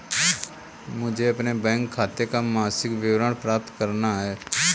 मुझे अपने बैंक खाते का मासिक विवरण प्राप्त करना है?